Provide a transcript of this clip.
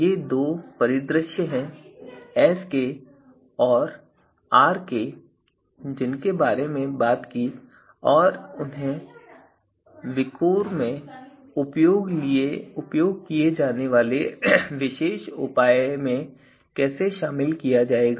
ये दो परिदृश्य हैं Skऔर Rk जिनके बारे में हमने बात की और उन्हें VIKOR में उपयोग किए जाने वाले विशेष उपाय में कैसे शामिल किया जाएगा